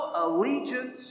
Allegiance